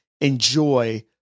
enjoy